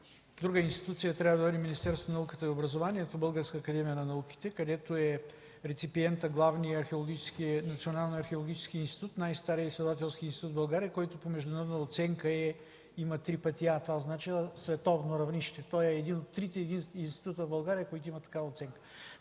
друга институция трябва да води Министерството на образованието и науката – Българската академия на науките, където е реципиентът – Националният археологически институт, най-старият изследователски институт в България, който по международна оценка има три пъти „А”. Това означава световно равнище. Той е един от трите института в България, които имат такава оценка.